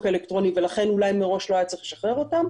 האלקטרוני ולכן אולי מראש לא היה צריך לשחרר אותם,